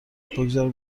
بگذار